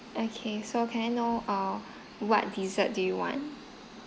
okay so can I know err what dessert do you want